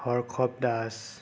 Harshav Das